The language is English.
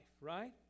right